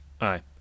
Aye